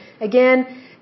again